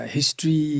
History